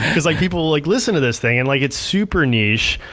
cause like people like listen to this thing and like it's super niche,